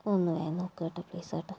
ഒന്ന് വേഗം നോക്ക് ഏട്ടാ പ്ലീസ് ഏട്ടാ